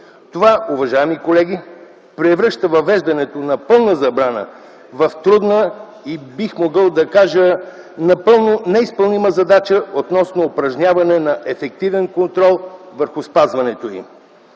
Това, уважаеми колеги, превръща въвеждането на пълна забрана в трудна и напълно неизпълнима задача относно упражняване на ефективен контрол върху спазването й.